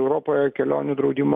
europoje kelionių draudimo